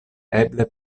eble